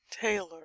taylor